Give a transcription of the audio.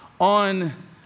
on